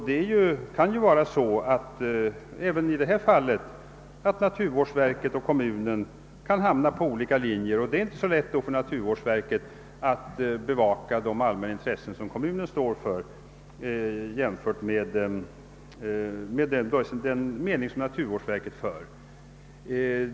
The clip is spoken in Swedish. Det kan ju även i detta fall vara så, att naturvårdsverket och kommunen hamnar på olika linjer, och det är då inte lätt för naturvårdsverket att bevaka de allmänna intressen som kommunen står för i förhållande till den mening som verket självt företräder.